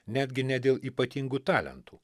netgi ne dėl ypatingų talentų